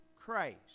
Christ